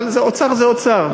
אבל אוצר זה אוצר,